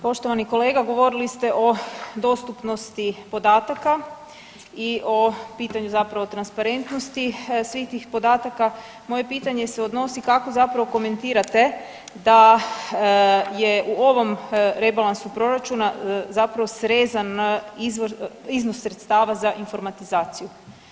Poštovani kolega, govorili ste o dostupnosti podataka i o pitanju transparentnosti svih tih podataka, moje pitanje se odnosi kako zapravo komentirate da je u ovom rebalansu proračuna srezan iznos sredstava za informatizaciju?